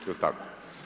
Jel' tako?